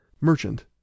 merchant